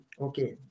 okay